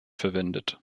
verwendet